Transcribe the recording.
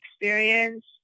experience